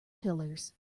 pillars